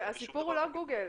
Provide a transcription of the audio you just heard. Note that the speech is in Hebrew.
הסיפור הוא לא גוגל,